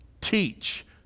teach